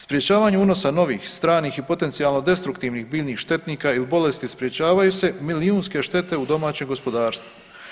Sprječavanje unosa novih stranih i potencijalno destruktivnih biljnih štetnika ili bolesti sprječavaju se milijunske štete u domaćem gospodarstvu.